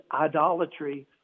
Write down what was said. idolatry